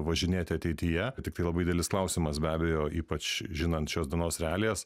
važinėti ateityje tiktai labai didelis klausimas be abejo ypač žinant šios dienos realijas